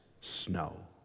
snow